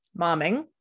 momming